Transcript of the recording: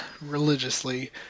Religiously